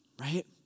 right